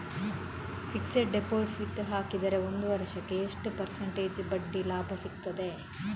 Fixed deposit ಹಾಕಿದರೆ ಒಂದು ವರ್ಷಕ್ಕೆ ಎಷ್ಟು ಪರ್ಸೆಂಟೇಜ್ ಬಡ್ಡಿ ಲಾಭ ಸಿಕ್ತದೆ?